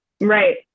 Right